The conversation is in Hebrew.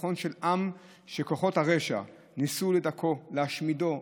ניצחון של עם שכוחות הרשע ניסו לדכאו, להשמידו,